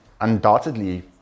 undoubtedly